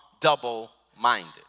double-minded